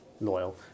loyal